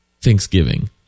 Thanksgiving